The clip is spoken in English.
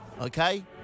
Okay